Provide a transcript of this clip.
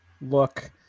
look